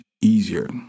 easier